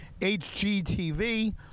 HGTV